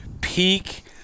peak